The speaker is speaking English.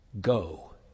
go